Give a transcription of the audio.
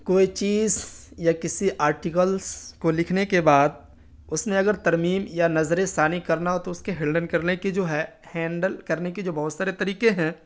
کوئی چیز یا کسی آرٹیکلس کو لکھنے کے بعد اس میں اگر ترمیم یا نظر ثانی کرنا ہو تو اس کے ہلڈن کرنے کی جو ہے ہینڈل کرنے کی جو بہت سارے طریقے ہیں